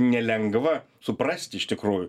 nelengva suprasti iš tikrųjų